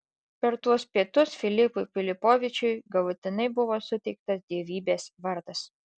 per tuos pietus filipui filipovičiui galutinai buvo suteiktas dievybės vardas